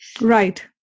Right